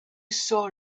saw